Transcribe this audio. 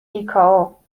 ایکائو